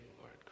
Lord